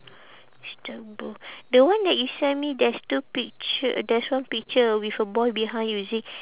dark blue the one that you send me there's two picture there's one picture with a boy behind using